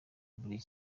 buri